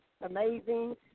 amazing